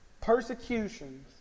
persecutions